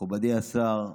מכובדי השר,